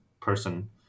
person